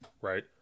right